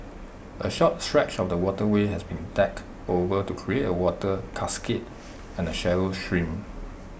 A short stretch of the waterway has been decked over to create A water cascade and A shallow stream